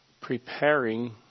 preparing